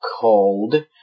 called